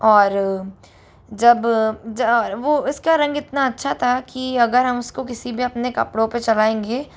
और जब वो उसका रंग इतना अच्छा था कि अगर हम उसको किसी भी अपने कपड़ों पे चलाएंगे